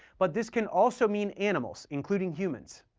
but this can also mean animals, including humans.